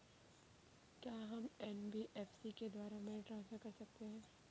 क्या हम एन.बी.एफ.सी के द्वारा मनी ट्रांसफर कर सकते हैं?